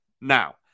Now